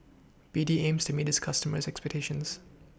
B D aims to meet its customers' expectations